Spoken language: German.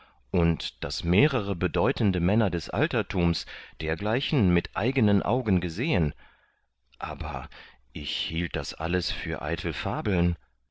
und daß mehrere bedeutende männer des alterthums dergleichen mit eigenen augen gesehen aber ich hielt das alles für eitel fabeln